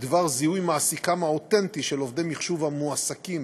בדבר זיהוי מעסיקם האותנטי של עובדי מחשוב המועסקים